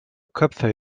köpfe